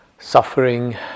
Suffering